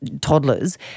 toddlers